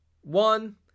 one